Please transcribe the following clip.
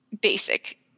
basic